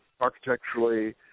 architecturally